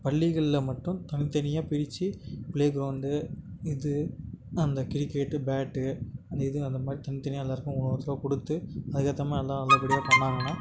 பள்ளிகளில் மட்டும் தனித்தனியாக பிரித்து ப்ளே க்ரவுண்டு இது அந்த கிரிக்கெட்டு பேட்டு அந்த இதுவும் அந்த மாதிரி தனித்தனியாக எல்லோருக்கும் ஒவ்வொருத்தராக கொடுத்து அதுக்கு ஏற்ற மாதிரி எல்லாம் நல்லபடியாக பண்ணாங்கன்னா